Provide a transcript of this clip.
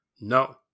No